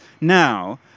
now